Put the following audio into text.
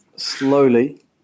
Slowly